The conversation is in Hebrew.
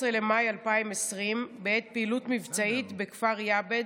במאי 2020 בעת פעילות מבצעית בכפר יעבד,